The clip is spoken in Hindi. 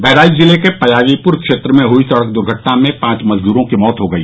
बहराइच जिले के पयागीपुर क्षेत्र में हुई सडक दुर्घटना में पांच मजूदरों की मौत हो गई